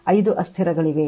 5 ಅಸ್ಥಿರಗಳಿವೆ